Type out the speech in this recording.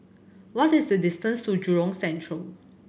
what is the distance to Jurong Central